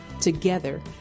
Together